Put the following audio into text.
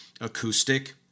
acoustic